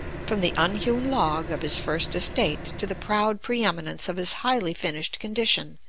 from the unhewn log of his first estate to the proud pre-eminence of his highly finished condition,